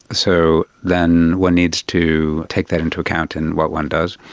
so then one needs to take that into account in what one does.